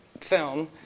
film